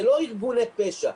זה לא ארגוני פשע.